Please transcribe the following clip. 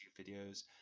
videos